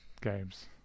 games